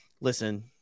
Listen